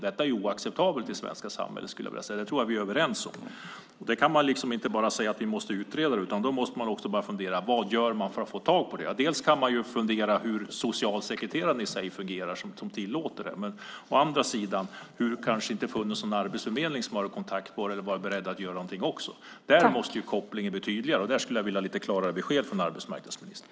Detta är oacceptabelt i det svenska samhället, skulle jag vilja säga, och det tror jag att vi är överens om. Men man kan inte bara säga att man måste utreda det, utan man måste också börja fundera över vad man gör för att få tag på dem. Å ena sidan kan man fundera över hur socialsekreteraren fungerar som tillåter detta, å andra sidan har det kanske inte funnits någon på Arbetsförmedlingen som har varit i kontakt eller varit beredd att göra någonting heller. Där måste kopplingen bli tydligare, och där skulle jag vilja ha lite klarare besked från arbetsmarknadsministern.